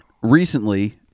recently